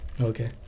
Okay